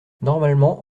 normalement